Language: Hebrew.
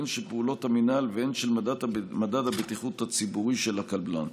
הן של פעולות המינהל והן של מדד הבטיחות הציבורי של הקבלן.